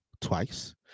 twice